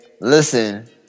listen